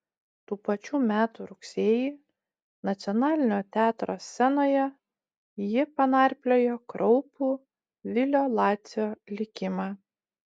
tų pačių metų rugsėjį nacionalinio teatro scenoje ji panarpliojo kraupų vilio lacio likimą